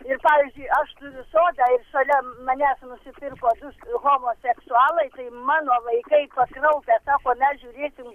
ir pavyzdžiui aš turiu sodą ir šalia manęs nusipirko dus homoseksualai tai mano vaikai pakraupę sako mes žiūrėsim